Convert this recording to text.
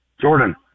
jordan